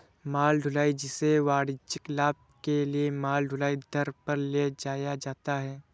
माल ढुलाई, जिसे वाणिज्यिक लाभ के लिए माल ढुलाई दर पर ले जाया जाता है